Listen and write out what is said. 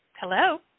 Hello